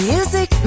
Music